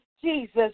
Jesus